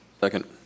Second